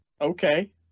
okay